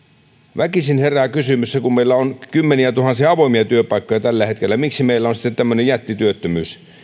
väkisin herää kysymys kun meillä on kymmeniätuhansia avoimia työpaikkoja tällä hetkellä miksi meillä on sitten tämmöinen jättityöttömyys